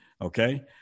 Okay